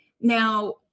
Now